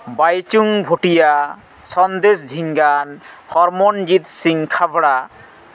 ᱵᱟᱭᱪᱩᱝ ᱵᱷᱩᱴᱤᱭᱟ ᱥᱚᱱᱫᱮᱥ ᱡᱷᱤᱝᱜᱟᱱ ᱦᱚᱨᱢᱚᱱ ᱡᱤᱛ ᱥᱤᱝ ᱛᱷᱟᱵᱽᱲᱟ